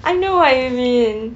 I know what you mean